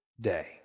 day